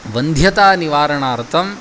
वन्ध्यतानिवारणार्थम्